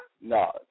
No